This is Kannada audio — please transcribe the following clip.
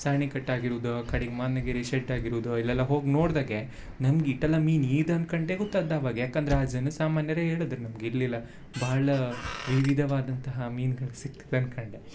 ಸಾಣಿ ಕಟ್ ಆಗಿರುದ್ ಕಡಿಗೆ ಮಾನಗಿರಿ ಶೆಡ್ ಆಗಿರುದ್ ಇಲ್ಲೆಲ್ಲ ಹೋಗಿ ನೋಡ್ದಗೆ ನಮ್ಗೆ ಇಟೆಲ್ಲ ಮೀನು ಈದ ಅನ್ಕಂಡೆ ಗೊತ್ತಾದ ಅವಾಗ ಯಾಕಂದ್ರೆ ಆ ಜನ ಸಾಮಾನ್ಯರೇ ಹೇಳಿದ್ರೆ ನಮ್ಗೆ ಇರಲಿಲ್ಲ ಭಾಳ ವಿಧ್ವಿಧವಾದಂತಹ ಮೀನುಗಳು ಸಿಗ್ತಿತ್ತು ಅನ್ಕಂಡೆ